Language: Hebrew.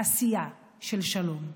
עשייה של שלום.